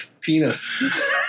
penis